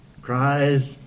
cries